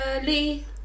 early